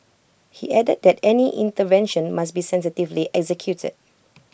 he added that any intervention must be sensitively executed